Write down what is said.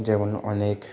যেমন অনেক